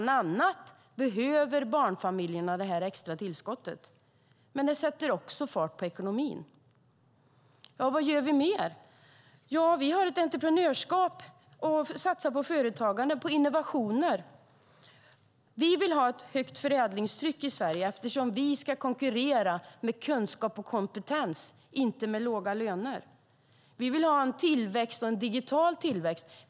Dels behöver barnfamiljerna det extra tillskottet, dels sätter det fart på ekonomin. Vad gör vi mer? Vi satsar på företagande och på innovationer. Vi vill ha ett högt förädlingstryck i Sverige, eftersom vi ska konkurrera med kunskap och kompetens och inte med låga löner. Vi vill ha en digital tillväxt.